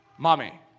mommy